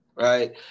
right